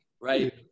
right